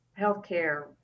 healthcare